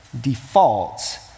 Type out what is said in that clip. defaults